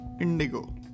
Indigo